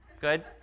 Good